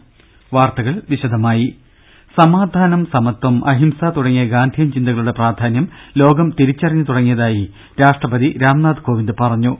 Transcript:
ങ്ങ ൽ സമാധാനം സമത്പം അഹിംസ തുടങ്ങിയ ഗാന്ധിയൻ ചിന്തകളുടെ പ്രാധാന്യം ലോകം തിരിച്ചറിഞ്ഞു തുടങ്ങിയതായി രാഷ്ട്രപതി രാംനാഥ് കോവിന്ദ് പറ ഞ്ഞു